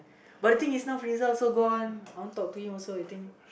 but the thing is now Friza also gone I want to talk to him also you think